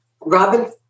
Robin